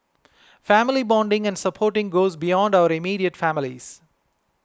family bonding and supporting goes beyond our immediate families